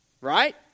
Right